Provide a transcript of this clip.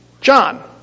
John